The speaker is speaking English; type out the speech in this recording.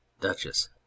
Duchess